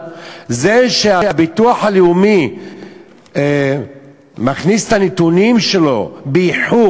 זה שהביטוח הלאומי מכניס את הנתונים שלו באיחור,